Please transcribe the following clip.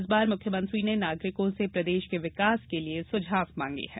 इस बार मुख्यमंत्री ने नागरिकों से प्रदेश के विकास के लिये सुझाव मांगे हैं